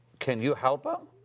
can you help them?